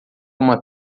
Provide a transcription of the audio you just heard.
uma